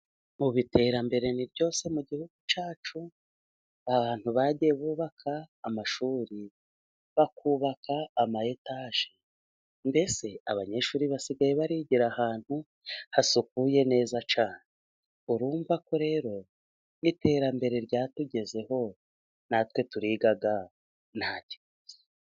Ubu iterambere ni ryose mu gihugu cyacu abantu bagiye bubaka amashuri, bakubaka amayetaje, mbese abanyeshuri basigaye barigira ahantu hasukuye neza cyane, urumva ko rero iterambere ryatugezeho natwe turiga nta kibazo.